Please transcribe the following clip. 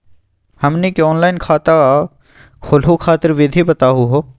हमनी के ऑनलाइन खाता खोलहु खातिर विधि बताहु हो?